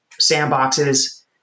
sandboxes